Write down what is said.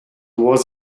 was